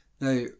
Now